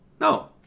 No